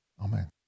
Amen